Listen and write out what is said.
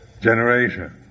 generation